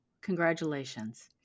congratulations